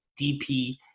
DP